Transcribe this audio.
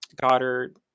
Goddard